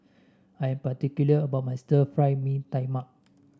I am particular about my Stir Fry Mee Tai Mak